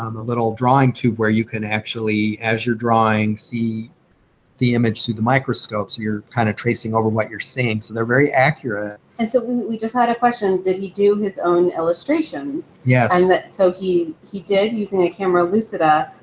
um a little drawing tube where you can actually, as you're drawing, see the image through the microscope, so you're kind of tracing over what you're seeing. so they're very accurate. and so we just had a question. did he do his own illustrations? and yeah so he he did using a camera lucida.